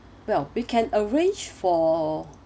well we can arrange for